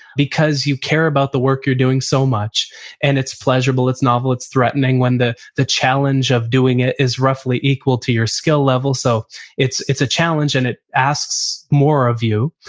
because you care about the work you're doing so much and it's pleasurable, it's novel, it's threatening when the the challenge of doing it is roughly equal to your skill level, so it's a challenge and it asks more of you,